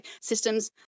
systems